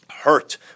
Hurt